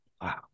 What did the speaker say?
Wow